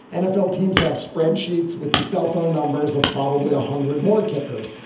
nfl teams have spreadsheets with the cell phone numbers of probably ah hundred more kickers.